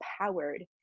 empowered